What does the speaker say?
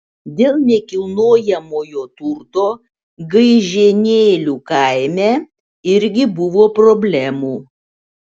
dėl nekilnojamojo turto gaižėnėlių kaime irgi buvo problemų